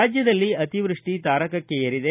ರಾಜ್ಯದಲ್ಲಿ ಅತಿವೃಸ್ವಿ ತಾರಕಕ್ಕೆ ಏರಿದೆ